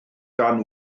gan